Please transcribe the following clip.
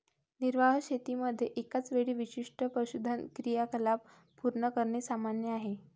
निर्वाह शेतीमध्ये एकाच वेळी विशिष्ट पशुधन क्रियाकलाप पूर्ण करणे सामान्य आहे